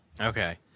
Okay